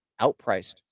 outpriced